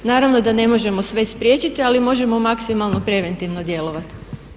Naravno da ne možemo sve spriječiti ali možemo maksimalno preventivno djelovati.